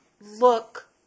look